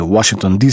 Washington